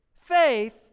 faith